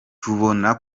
tubona